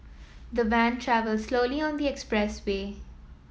the van travelled slowly on the expressway